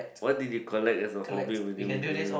what did you collect as a hobby when you were growing up